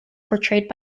portrayed